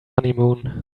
honeymoon